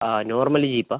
ആ normal jeep ആണോ